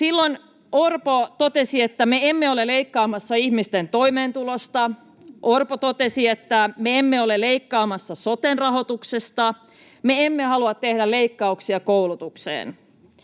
Silloin Orpo totesi, että ”me emme ole leikkaamassa ihmisten toimeentulosta”. Orpo totesi, että ”me emme ole leikkaamassa soten rahoituksesta, me emme halua tehdä leikkauksia koulutukseen”.